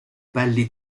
belli